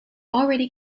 already